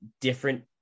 different